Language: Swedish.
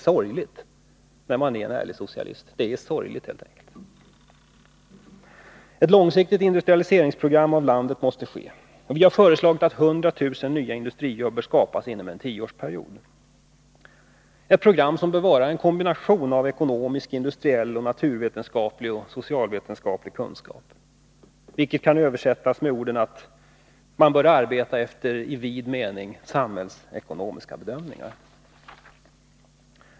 Det är sorgligt. En långsiktig industrialisering av landet måste ske. Vi har föreslagit att 100 000 nya industrijobb skall skapas inom en tioårsperiod. För det behövs ett program som bör vara en kombination av ekonomisk, industriell, naturvetenskaplig och socialvetenskaplig kunskap. Man bör arbeta efter i vid mening samhällsekonomiska bedömningar.